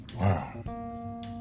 Wow